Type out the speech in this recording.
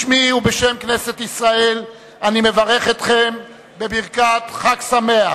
בשמי ובשם כנסת ישראל אני מברך אתכם בברכת חג שמח,